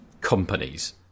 companies